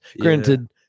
granted